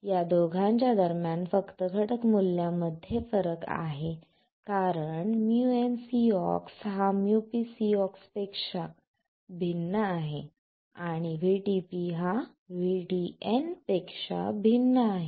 या दोघांच्या दरम्यान फक्त घटक मूल्यामध्ये फरक आहे कारण µncox हा µpcox पेक्षा भिन्न आहे आणि VTP हा VTN पेक्षा भिन्न आहे